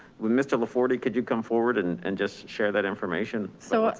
we mr. laforte, could you come forward and and just share that information? sir,